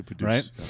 right